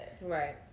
Right